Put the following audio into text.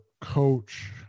coach